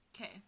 Okay